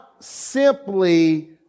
simply